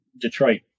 Detroit